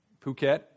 Phuket